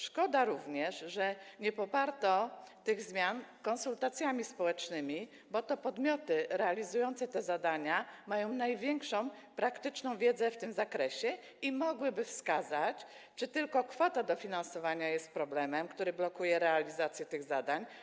Szkoda również, że nie poparto tych zmian konsultacjami społecznymi, bo to podmioty realizujące te zadania mają największą praktyczną wiedzę w tym zakresie i mogłyby wskazać, czy tylko kwota dofinansowania jest problemem, który blokuje realizację tych zadań.